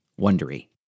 Wondery